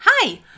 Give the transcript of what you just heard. Hi